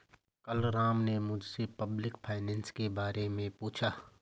कल राम ने मुझसे पब्लिक फाइनेंस के बारे मे पूछा